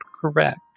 correct